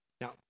Now